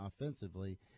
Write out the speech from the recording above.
offensively